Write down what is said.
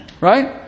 right